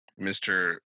Mr